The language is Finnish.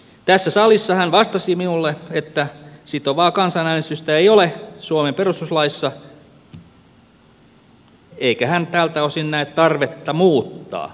tässä salissa hän vastasi minulle että sitovaa kansanäänestystä ei ole suomen perustuslaissa eikä hän tältä osin näe tarvetta muuttaa perustuslakia